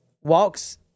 walks